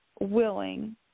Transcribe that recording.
willing